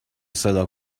صدا